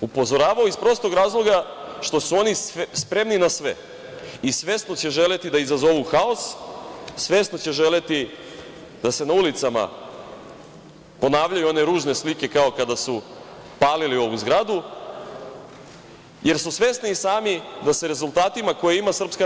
Upozoravao iz prostog razloga što su oni spremni na sve i svesno će želeti da izazovu haos, svesno će želeti da se na ulicama ponavljaju one ružne slike kao kada su palili ovu zgradu, jer su svesni i sami da sa rezultatima koje ima SNS